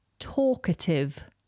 talkative